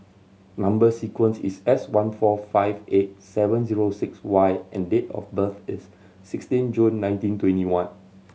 number sequence is S one four five eight seven zero six Y and date of birth is sixteen June nineteen twenty one